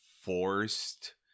forced